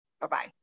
Bye-bye